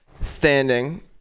standing